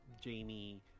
Jamie